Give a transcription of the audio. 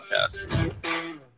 Podcast